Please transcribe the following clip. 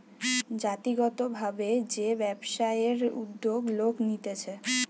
জাতিগত ভাবে যে ব্যবসায়ের উদ্যোগ লোক নিতেছে